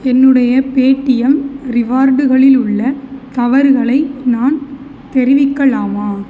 என்னுடைய பேடிஎம் ரிவார்டுகளில் உள்ள தவறுகளை நான் தெரிவிக்கலாமா